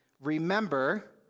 Remember